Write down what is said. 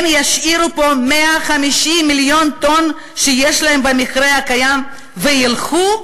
הם ישאירו פה 150 מיליון טונות שיש להם במכרה הקיים וילכו?